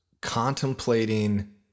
contemplating